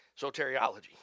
soteriology